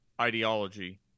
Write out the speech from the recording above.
ideology